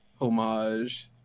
homage